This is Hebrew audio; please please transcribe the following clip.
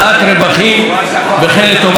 וכן לטובת סרטים ישראליים,